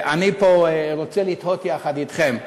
אני רוצה לתהות יחד אתכם,